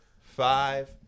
Five